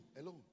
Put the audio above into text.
alone